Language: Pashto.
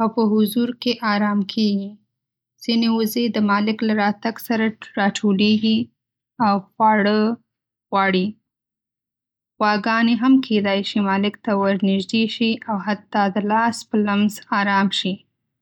او په حضور کې ارام کېږي. ځینې وزې د مالک له راتګ سره راټولیږي او خواړه غواړي. غواګانې هم کیدای شي مالک ته ورنږدې شي او حتی د لاس په لمس ارام شي.